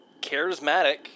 charismatic